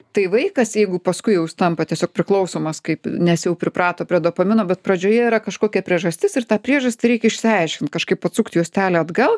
tai vaikas jeigu paskui jau jis tampa tiesiog priklausomas kaip nes jau priprato prie dopamino bet pradžioje yra kažkokia priežastis ir tą priežastį reikia išsiaiškint kažkaip atsukt juostelę atgal